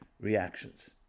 reactions